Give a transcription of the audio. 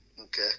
okay